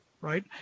right